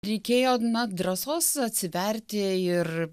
reikėjo na drąsos atsiverti ir